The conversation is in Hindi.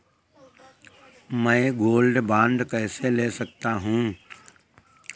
मैं गोल्ड बॉन्ड कैसे ले सकता हूँ?